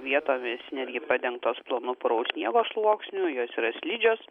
vietomis netgi padengtos plonu puraus sniego sluoksniu jos yra slidžios